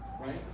right